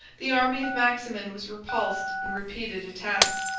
the army of maximin was repulsed in repeated attacks,